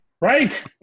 Right